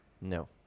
No